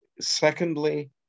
secondly